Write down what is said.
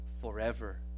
forever